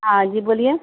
हाँ जी बोलिए